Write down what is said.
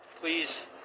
Please